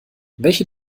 welche